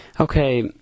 Okay